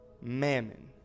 mammon